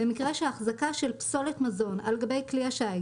במקרה שהחזקה של פסולת מזון על גבי כלי השיט